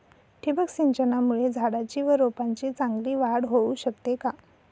ठिबक सिंचनामुळे झाडाची व रोपांची चांगली वाढ होऊ शकते का?